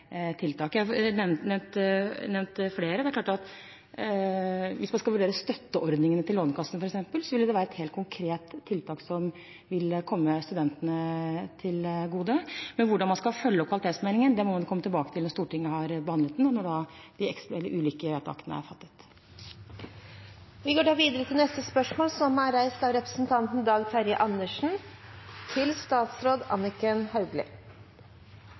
tiltak. Andre kan være mer konkrete tiltak, jeg nevnte flere. Hvis man skal vurdere støtteordningene til Lånekassen, f.eks., ville det være et helt konkret tiltak, som ville komme studentene til gode. Hvordan man skal følge opp kvalitetsmeldingen, må man komme tilbake til når Stortinget har behandlet den, og når de ulike vedtakene er fattet. Spørsmålet går til statsråd Hauglie,